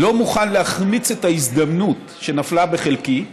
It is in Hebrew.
לא מוכן להחמיץ את ההזדמנות שנפלה בחלקי,